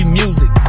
music